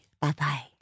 Bye-bye